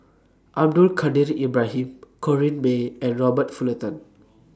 Abdul Kadir Ibrahim Corrinne May and Robert Fullerton